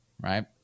right